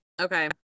Okay